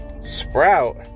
sprout